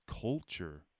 culture